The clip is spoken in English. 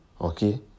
Okay